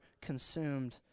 consumed